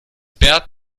bert